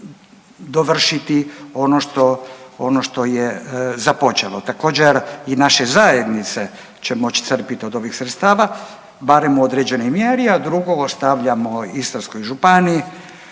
što je, ono što je započelo. Također i naše zajednice će moći crpiti od ovih sredstava, barem u određenoj mjeri, a drugo ostavljamo Istarskoj županiji,